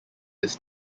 his